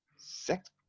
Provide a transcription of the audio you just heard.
Six